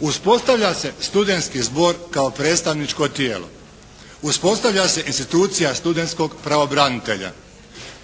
Uspostavlja se studentski zbor kao predstavničko tijelo. Uspostavlja se institucija studentskog pravobranitelja.